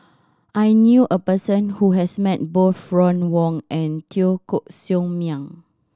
I knew a person who has met both Ron Wong and Teo Koh Sock Miang